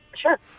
Sure